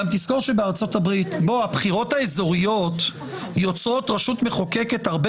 הבחירות האזוריות יוצרות רשות מחוקקת הרבה